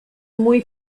muy